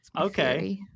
Okay